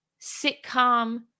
sitcom